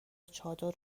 چادر